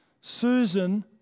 Susan